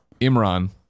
Imran